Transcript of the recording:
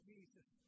Jesus